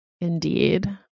indeed